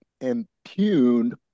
impugned